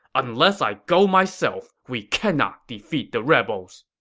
unless i go myself, we cannot defeat the rebels!